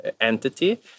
entity